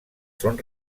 són